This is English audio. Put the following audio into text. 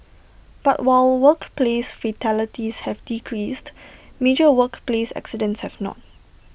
but while workplace fatalities have decreased major workplace accidents have not